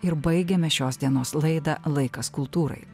ir baigiame šios dienos laidą laikas kultūrai